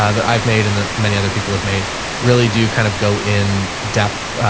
ah that i've made and the many other people have made really do kind of go in depth, ah,